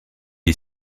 est